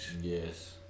Yes